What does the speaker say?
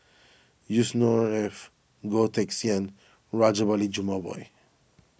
Yusnor Ef Goh Teck Sian Rajabali Jumabhoy